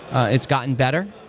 it's gotten better.